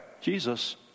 Jesus